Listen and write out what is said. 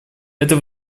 это